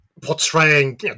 portraying